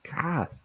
God